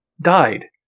died